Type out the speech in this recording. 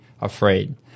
afraid